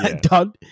done